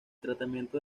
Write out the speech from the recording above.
tratamiento